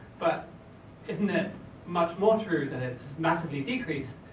but isn't it much more true that it's massively decreased?